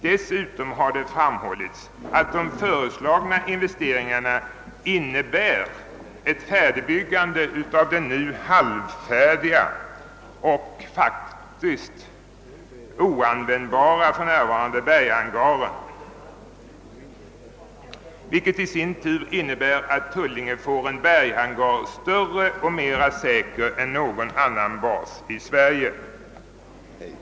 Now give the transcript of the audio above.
Dessutom har det framhållits att de föreslagna investeringarna innebär ett färdigbyggande av den nu halvfärdiga och faktiskt för närvarande oanvändbara berghangaren, vilket i sin tur för med sig att Tullinge får en större och mera säker berghangar än någon annan bas i Sverige.